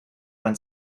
when